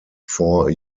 four